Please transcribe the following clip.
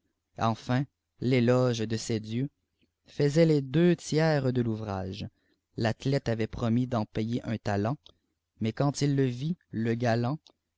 enfin l'éloge de œs dieux faisait les deux tiers de l'ouvrage l'athlète avait promis d'en payer un talent mais quand il le vit le galant